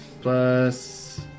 Plus